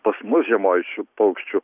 pas mus žiemojančių paukščių